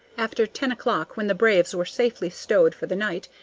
after ten o'clock, when the braves were safely stowed for the night,